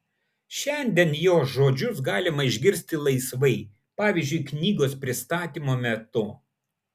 šiandien jo žodžius galima išgirsti laisvai pavyzdžiui knygos pristatymo metu